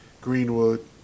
Greenwood